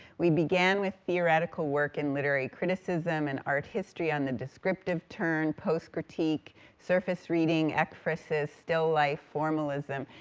we began with theoretical work in literary criticism and art history on the descriptive turn, post critique, surface reading, ekphrasis, still life, formalism,